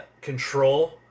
control